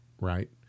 right